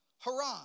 Haran